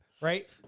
right